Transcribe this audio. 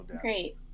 great